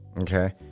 Okay